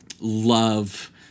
love –